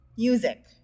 Music